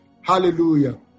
Hallelujah